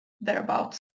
thereabouts